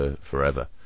forever